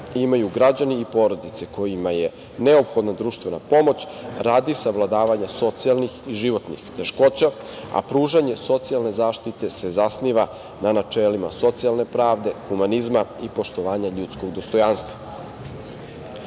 imaju građani i porodice kojima je neophodna društvena pomoć radi savladavanja socijalnih i životnih teškoća, a pružanje socijalne zaštite se zasniva na načelima socijalne pravde, humanizma i poštovanja ljudskog dostojanstva. Model